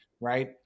right